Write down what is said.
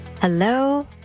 Hello